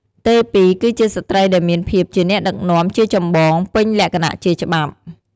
ទេពី គឺជាស្រ្តីដែលមានភាពជាអ្នកដឹកនាំជាចម្បងពេញលក្ខណៈជាច្បាប់។